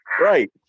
Right